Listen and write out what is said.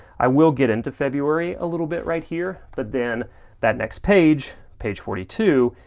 i will get into february a little bit right here, but then that next page, page forty two,